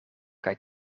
kaj